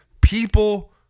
people